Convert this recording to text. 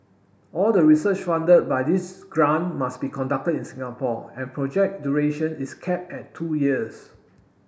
all the research funded by this grant must be conducted in Singapore and project duration is capped at two years